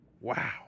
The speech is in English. Wow